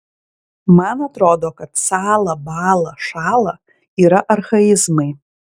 man atrodo kad sąla bąla šąla yra archaizmai